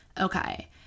okay